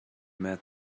met